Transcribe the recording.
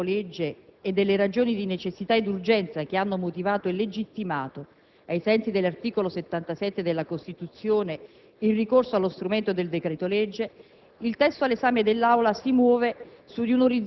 Al di là dei fatti concreti da cui nasce il decreto-legge e delle ragioni di necessità ed urgenza che hanno motivato e legittimato, ai sensi dell'articolo 77 della Costituzione, il ricorso allo strumento del decreto-legge,